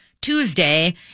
Tuesday